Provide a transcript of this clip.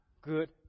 good